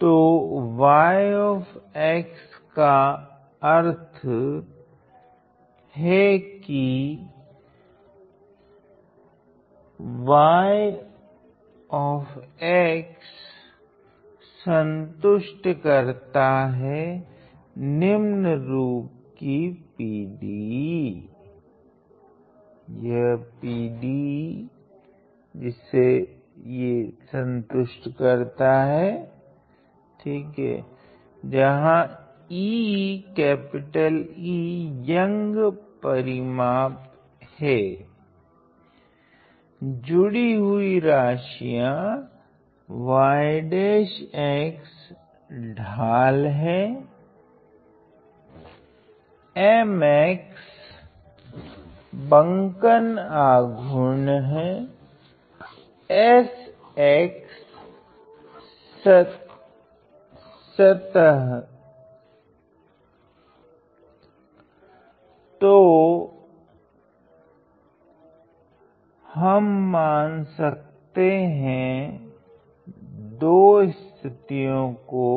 तो y का अर्थ हैं कि y संतुष्ट करता है निम्न रूप कि PDE E यंग परिमाप जुड़ी हुई राशियाँ y' ढाल M EIy" बंकन आघूर्ण S EIy"' सतह तो हम मान सकते हैं 2 स्थितियों को